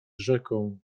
rzeką